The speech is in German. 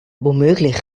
womöglich